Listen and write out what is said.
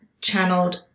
channeled